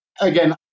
again